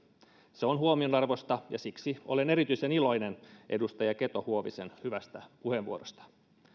se on huomionarvoista ja siksi olen erityisen iloinen edustaja keto huovisen hyvästä puheenvuorosta